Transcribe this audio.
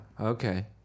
Okay